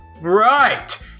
Right